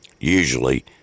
usually